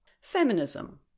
Feminism